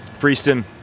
Freeston